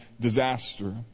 disaster